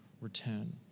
return